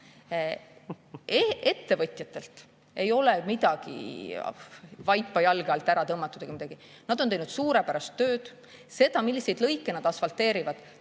Ettevõtjatelt ei ole vaipa jalge alt ära tõmmatud ega midagi. Nad on teinud suurepärast tööd. See, milliseid lõike nad asfalteerivad,